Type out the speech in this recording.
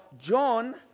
John